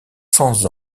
cents